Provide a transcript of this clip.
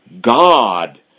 God